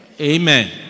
Amen